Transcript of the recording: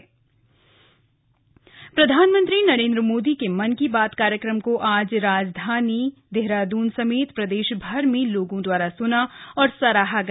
मुख्यमंत्री आन मन की बात प्रधानमंत्री नरेन्द्र मोदी के मन की बात कार्यक्रम को आज राजधानी देहरादून समेत प्रदेश भर में लोगों द्वारा सुना और सराहा गया